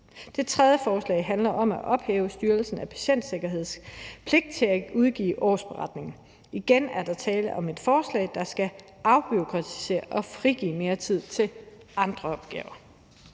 del af lovforslaget handler om at ophæve Styrelsen for Patientklagers pligt til at udgive årsberetninger. Igen er der tale om et forslag, der skal afbureaukratisere og frigive mere tid til andre opgaver,